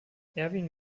erwin